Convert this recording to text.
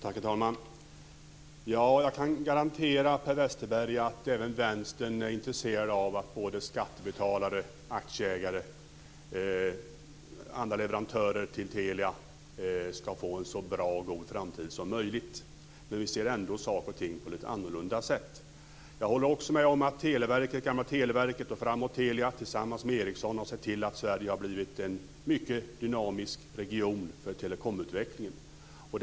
Herr talman! Jag kan garantera Per Westerberg att även Vänstern är intresserad av att såväl skattebetalare som aktieägare och Telias underleverantörer ska få en så bra framtid som möjligt. Men vi ser ändå saker och ting på ett lite annorlunda sätt. Jag håller också med om att det gamla Televerket, numera Telia, tillsammans med Ericsson har sett till att Sverige har blivit en mycket dynamisk region för telekomutvecklingen.